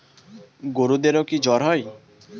গরুদেরও কি জ্বর হয়?